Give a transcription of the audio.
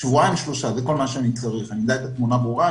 ואדע תמונה ברורה.